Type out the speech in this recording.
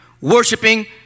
Worshipping